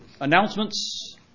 announcements